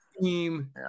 team